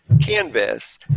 canvas